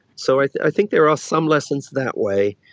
so i think there are some lessons that way,